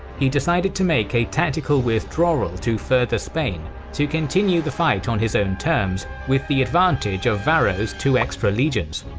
he decided to make a tactical withdrawal to further spain to continue the fight on his own terms with the advantage of varro's two extra legions.